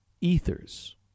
ethers